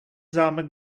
zámek